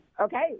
Okay